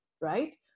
Right